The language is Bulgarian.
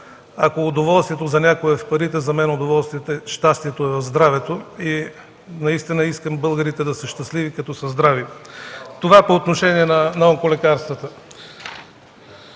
ако удоволствието за някои е в парите, за мен удоволствието е в щастието и здравето. Наистина искам българите да са щастливи като са здрави. Това е по отношение на онколекарствата.